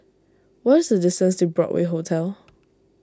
what is the distance to Broadway Hotel